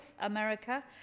America